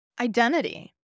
identity